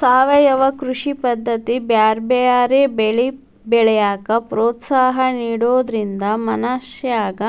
ಸಾವಯವ ಕೃಷಿ ಪದ್ದತಿ ಬ್ಯಾರ್ಬ್ಯಾರೇ ಬೆಳಿ ಬೆಳ್ಯಾಕ ಪ್ರೋತ್ಸಾಹ ನಿಡೋದ್ರಿಂದ ಮನಶ್ಯಾಗ